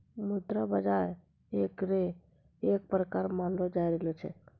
मुद्रा बाजार एकरे एक प्रकार मानलो जाय रहलो छै